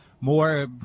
more